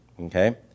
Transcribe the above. okay